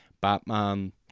Batman